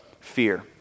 fear